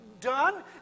done